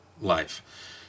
life